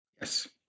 Yes